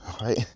Right